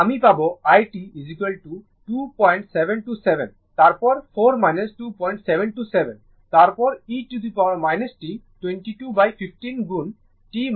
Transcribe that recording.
তো আমি পাব i t 2727 তারপর 4 2727 তারপর e t 2215 গুণ t 4